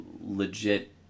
legit